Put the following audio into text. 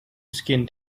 skinned